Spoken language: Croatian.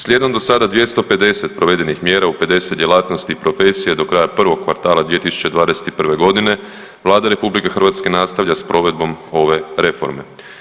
Slijedom do sada 250 provedenih mjera u 50 djelatnosti i profesija do kraja prvog kvartala 2021. godine Vlada RH nastavlja s provedbom ove reforme.